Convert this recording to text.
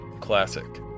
Classic